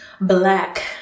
black